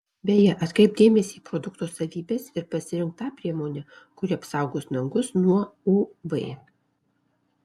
beje atkreipk dėmesį į produkto savybes ir pasirink tą priemonę kuri apsaugos nagus nuo uv